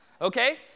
okay